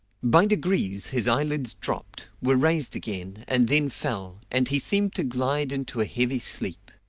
by degrees his eyelids dropped, were raised again, and then fell, and he seemed to glide into a heavy sleep.